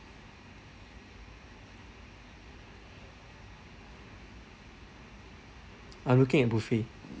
I'm looking at buffet